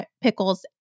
pickles